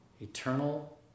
eternal